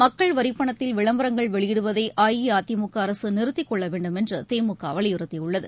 மக்கள் வரி பணத்தில் விளம்பரங்கள் வெளியிடுவதை அஇஅதிமுக அரசு நிறுத்திக்கொள்ளவேண்டும் என்று திமுக வலியுறுத்தியுள்ளது